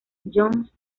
jones